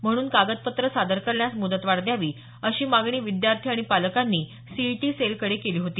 म्हणून कागदपत्र सादर करण्यास मुदतवाढ द्यावी अशी मागणी विद्यार्थी आणि पालकांनी सीईटी सेलकडे केली होती